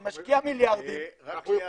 אני משקיע מיליארדים --- רק שנייה,